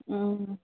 ওম